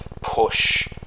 push